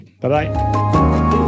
Bye-bye